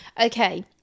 Okay